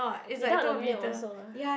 without the milk also eh